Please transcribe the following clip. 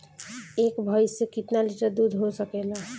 एक भइस से कितना लिटर दूध हो सकेला?